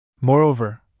Moreover